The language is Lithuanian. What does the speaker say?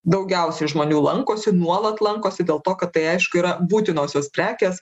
daugiausiai žmonių lankosi nuolat lankosi dėl to kad tai aišku yra būtinosios prekės